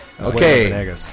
Okay